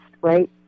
right